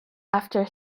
after